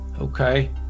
okay